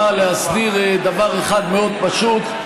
באה להסדיר דבר אחד מאוד פשוט.